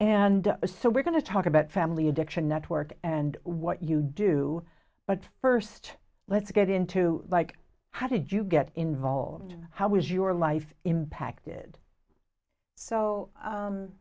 and so we're going to talk about family addiction network and what you do but first let's get into like how did you get involved how was your life impacted so